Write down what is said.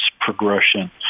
progression